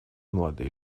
молодые